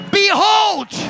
behold